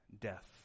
death